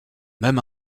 même